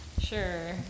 Sure